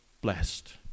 blessed